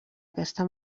aquesta